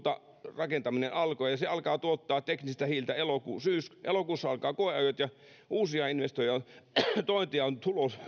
rakentaminen alkoi se alkaa tuottaa teknistä hiiltä elokuussa alkavat koeajot ja uusia investointeja on